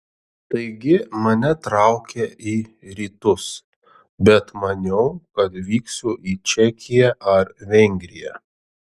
taigi mane traukė į rytus bet maniau kad vyksiu į čekiją ar vengriją